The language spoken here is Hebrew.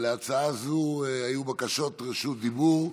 להצעה זו היו בקשות רשות דיבור.